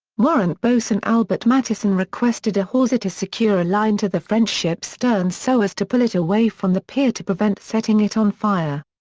warrant boatswain and albert mattison requested a hawser to secure a line to the french ship's stern so as to pull it away from the pier to prevent setting it on fire.